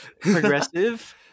Progressive